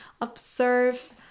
observe